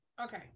okay